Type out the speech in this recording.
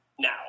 now